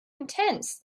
intense